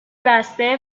بسته